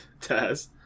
Taz